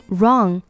wrong